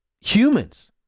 humans